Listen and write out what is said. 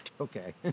Okay